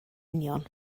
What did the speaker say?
union